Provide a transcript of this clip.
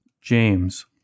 James